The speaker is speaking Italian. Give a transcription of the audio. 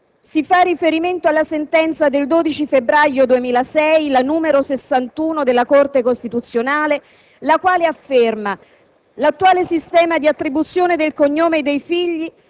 si fa riferimento alla sentenza del 12 febbraio 2006, n. 61, della Corte costituzionale la quale afferma: «L'attuale sistema di attribuzione del cognome dei figli